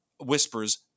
whispers